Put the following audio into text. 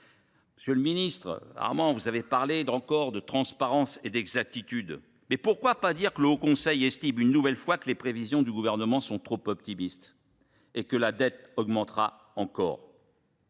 Monsieur le ministre Armand, vous avez parlé, encore, de transparence et d’exactitude, mais pourquoi ne pas dire que le Haut Conseil des finances publiques estime une nouvelle fois que les prévisions du Gouvernement sont trop optimistes et que la dette augmentera encore ?